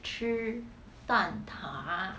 吃蛋塔